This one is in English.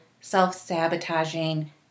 self-sabotaging